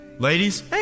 Ladies